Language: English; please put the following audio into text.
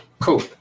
Cool